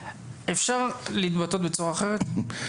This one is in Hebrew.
אפשר להתבטא בצורה אחרת?